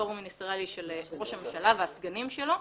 פורום מיניסטריאלי של ראש הממשלה והסגנים שלו,